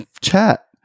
chat